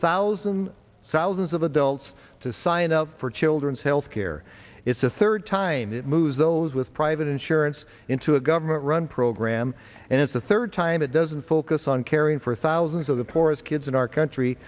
a thousand sols of adults to sign up for children's health care is a third time it moves those with private insurance into a government run program and it's the third time it doesn't focus on caring for thousands of the poorest kids in our country